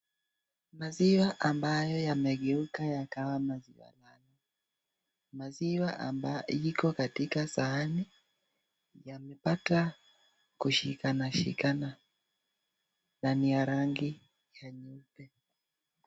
Maziwa ambayo yamegeuka yakawa maziwa mala. Maziwa iko katika sahani, yamepata kushikana shikana na ni ya rangi ya nyeupe.